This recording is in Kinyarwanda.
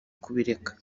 kubireka